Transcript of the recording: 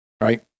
right